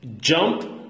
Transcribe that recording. jump